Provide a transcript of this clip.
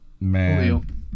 Man